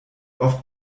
oft